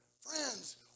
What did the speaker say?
friends